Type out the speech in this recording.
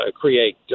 create